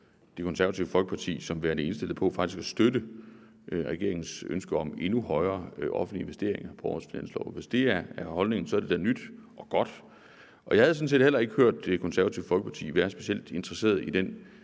Det Konservative Folkeparti som værende indstillet på faktisk at støtte regeringens ønske om endnu højere offentlige investeringer på næste års finanslov. Hvis det er holdningen, er det da nyt og godt. Jeg har sådan set heller ikke hørt Det Konservative Folkeparti være specielt interesseret i den